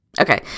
okay